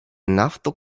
nafto